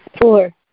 Four